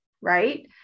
right